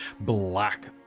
black